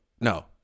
No